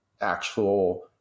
actual